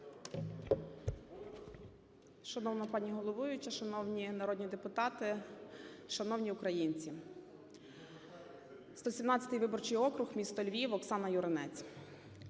Шановна пані головуюча, шановні народні депутати, шановні українці! 117 виборчий округ, місто Львів, Оксана Юринець.